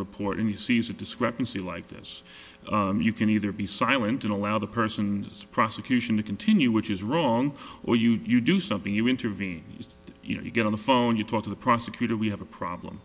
report and he sees a discrepancy like this you can either be silent and allow the person is prosecution to continue which is wrong or you do something you intervene you know you get on the phone you talk to the prosecutor we have a problem